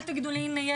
אל תגידו לי: הנה,